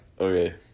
Okay